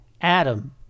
Adam